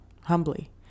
humbly